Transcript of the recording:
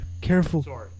Careful